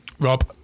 Rob